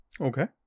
Okay